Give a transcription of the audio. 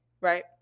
Right